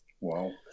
Wow